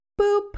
Boop